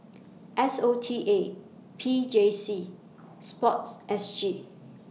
S O T A P J C Sport S G